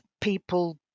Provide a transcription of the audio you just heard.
people